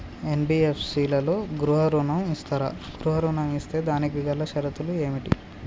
NBFC లలో గృహ ఋణం ఇస్తరా? గృహ ఋణం ఇస్తే దానికి గల షరతులు ఏమిటి?